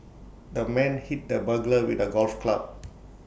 the man hit the burglar with A golf club